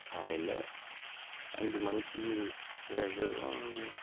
காலையில் அஞ்சு மணிக்கு எழுந்ததும்